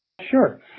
Sure